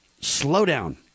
slowdown